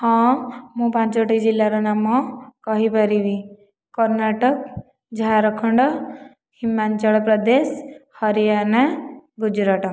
ହଁ ମୁଁ ପାଞ୍ଚଟି ଜିଲ୍ଲାର ନାମ କହିପାରିବି କର୍ଣ୍ଣାଟକ ଝାଡ଼ଖଣ୍ଡ ହିମାଞ୍ଚଳ ପ୍ରଦେଶ ହରିୟାଣା ଗୁଜୁରାଟ